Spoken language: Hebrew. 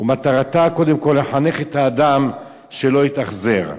ומטרתה קודם כול לחנך את האדם שלא יתאכזר.